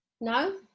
no